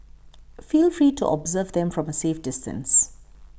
feel free to observe them from a safe distance